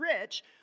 rich